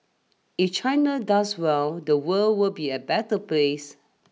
if China does well the world will be a better place